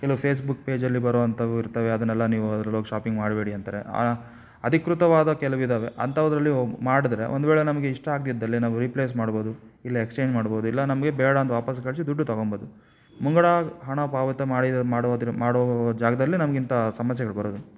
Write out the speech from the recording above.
ಕೆಲವು ಫೇಸ್ಬುಕ್ ಪೇಜಲ್ಲಿ ಬರುವಂಥವು ಇರ್ತವೆ ಅದನ್ನೆಲ್ಲ ನೀವು ಅದ್ರಲ್ಲಿ ಹೋಗಿ ಶಾಪಿಂಗ್ ಮಾಡಬೇಡಿ ಅಂತಾರೆ ಅಧಿಕೃತವಾದ ಕೆಲವಿದ್ದಾವೆ ಅಂಥದ್ರಲ್ಲಿ ಹೋಗಿ ಮಾಡಿದ್ರೆ ಒಂದು ವೇಳೆ ನಮಗೆ ಇಷ್ಟ ಆಗದಿದ್ದಲ್ಲಿ ನಾವು ರೀಪ್ಲೇಸ್ ಮಾಡ್ಬೋದು ಇಲ್ಲ ಎಕ್ಸ್ಚೇಂಜ್ ಮಾಡ್ಬೋದು ಇಲ್ಲ ನಮಗೆ ಬೇಡ ಅಂದು ವಾಪಾಸ್ಸು ಕಳಿಸಿ ದುಡ್ಡು ತಗೋಬೋದು ಮುಂಗಡಾಗಿ ಹಣ ಪಾವತಿ ಮಾಡಿದವ್ರ ಮಾಡೋ ಮಾಡೋ ಜಾಗದಲ್ಲೇ ನಮ್ಗೆ ಇಂಥ ಸಮಸ್ಯೆಗಳು ಬರೋದು